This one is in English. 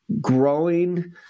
growing